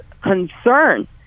concern